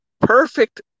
perfect